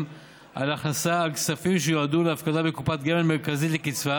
על הכנסה לכספים שיועדו להפקדה בקופת גמל מרכזית לקצבה,